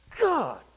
God